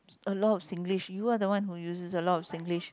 a lot of Singlish you are the one who uses a lot of Singlish